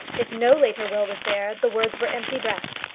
if no later will was there, the words were empty breath.